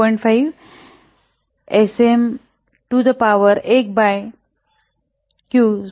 5 S M to the power 1 by Q 0